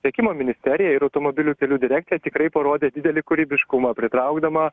siekimo ministerija ir automobilių kelių direkcija tikrai parodė didelį kūrybiškumą pritraukdama